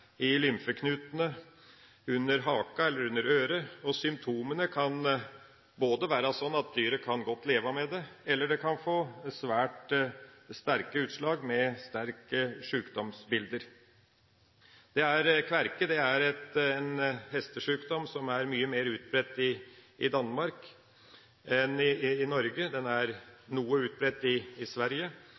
i lymfeknutene under haka eller under øret. Symptomene kan være sånn at dyrene godt kan leve med det, eller det kan få svært sterke utslag med sterke sjukdomsbilder. Kverke er en hestesjukdom som er mye mer utbredt i Danmark enn i Norge, den er noe utbredt i Sverige,